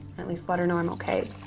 at least let her know i'm okay.